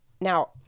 Now